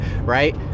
right